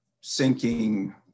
sinking